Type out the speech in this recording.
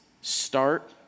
start